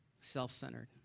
self-centered